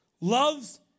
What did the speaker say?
Love's